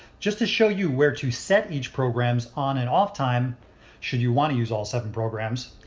just to show you where to set each program's on and off time should you want to use all seven programs,